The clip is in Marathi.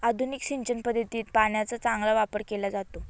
आधुनिक सिंचन पद्धतीत पाण्याचा चांगला वापर केला जातो